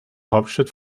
hauptstadt